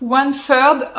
one-third